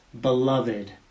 beloved